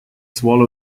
swallow